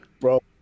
bro